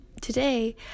today